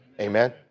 Amen